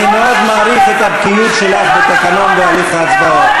אני מאוד מעריך את הבקיאות שלך בתקנון בהליך ההצבעות.